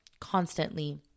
constantly